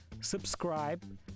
subscribe